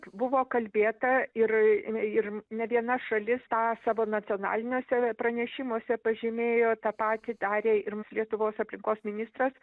buvo kalbėta ir ir ne viena šalis tą savo nacionaliniuose pranešimuose pažymėjo tą patį darė ir mums lietuvos aplinkos ministras